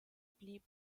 blieb